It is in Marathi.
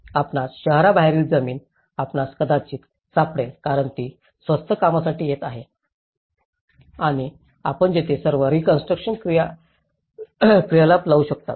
आपणास शहराबाहेरील जमीन आपणास कदाचित सापडेल कारण ती स्वस्त कामासाठी येत आहे आणि आपण तेथे सर्व रीकॉन्स्ट्रुकशन क्रियाकलाप लावू शकता